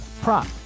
prop